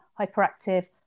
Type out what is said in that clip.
hyperactive